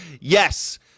Yes